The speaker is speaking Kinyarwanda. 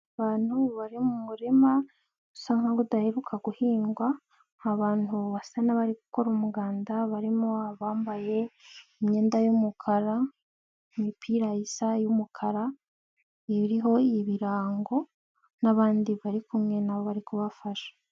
Abantu bari mu murima usa nk'aho udaheruka guhingwa, abantu basa n'abari gukora umuganda barimo abambaye imyenda y'umukara, mu imipira isa y'umukara iriho ibirango n'abandi bari kumwe nabo bari kubafasha.